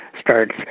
starts